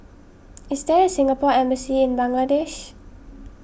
is there a Singapore Embassy in Bangladesh